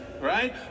right